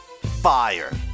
fire